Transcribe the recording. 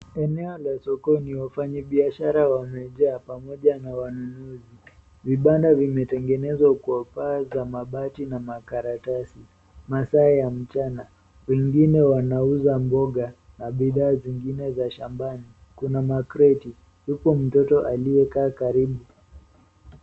Eneo la sokoni, wafanyibiashara wamejaa pamoja na wanunuzi. Vibanda vimetengenezwa kwa paa za mabati na makaratasi. Masaa ya mchana. Wengine wanauza mboga, na bidhaa zingine za shambani. Kuna makreti. Yupo mtoto aliyekaa karibu.